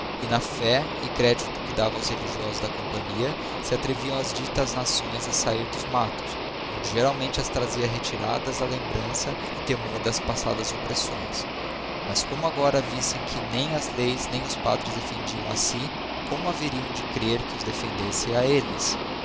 e na fé e credito que davam aos religiosos da iíompanhia se atreviam as dietas nações a sahir dos matos onde geralmente as trazia retiradas a lembrança e temor das passadas oppressões mas como agora vissem que nem as leis nem os padres defendiam a i como haveriam de crer que os defendessem a elles